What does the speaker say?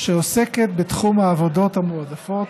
שעוסקת בתחום העבודות המועדפות,